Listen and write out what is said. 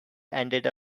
ended